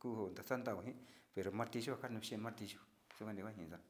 kuu naxan ndao iin pero xhe martillo kuu nuu xhe martillo kunute xa'a.